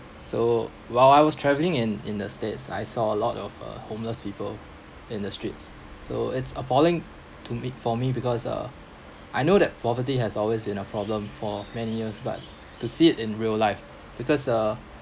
so while I was travelling in in the states I saw a lot of uh homeless people in the streets so it's appalling to me for me because uh I know that poverty has always been a problem for many years but to see it in real life because uh